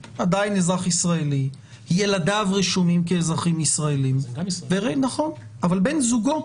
לארץ, ילדיו רשומים כאזרחים ישראלים, אבל בן זוגו,